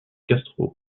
castro